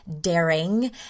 daring